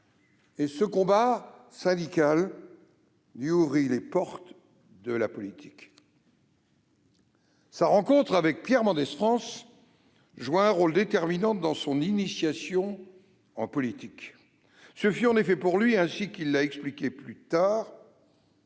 et ce combat lui ouvrit les portes de la politique. Sa rencontre avec Pierre Mendès France joua un rôle déterminant dans son initiation en politique. Ce fut en effet, ainsi qu'il l'a expliqué plus tard,